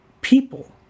people